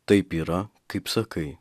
taip yra kaip sakai